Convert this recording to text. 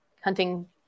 hunting